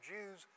Jews